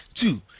Two